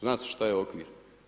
Zna se šta je okvir.